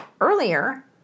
earlier